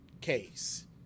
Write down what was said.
case